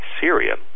Syria